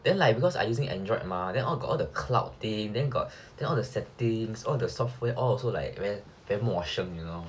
then like because I using android mah then got all the cloud things then got all the settings all the software also like all very 陌生 you know